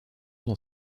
dans